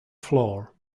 floor